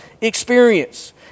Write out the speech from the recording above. experience